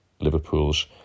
Liverpool's